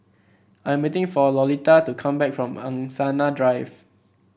I am waiting for Lolita to come back from Angsana Drive